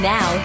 Now